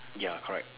ya correct